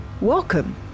Welcome